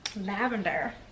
Lavender